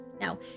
Now